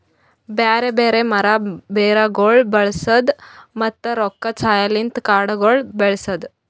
ಬ್ಯಾರೆ ಬ್ಯಾರೆ ಮರ, ಬೇರಗೊಳ್ ಬಳಸದ್, ಮತ್ತ ರೊಕ್ಕದ ಸಹಾಯಲಿಂತ್ ಕಾಡಗೊಳ್ ಬೆಳಸದ್